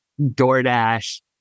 DoorDash